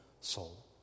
soul